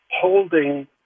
holding